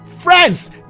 Friends